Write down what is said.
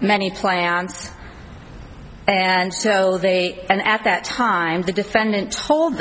many plants and so they and at that time the defendant told